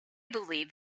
believe